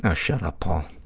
ah shut up, paul.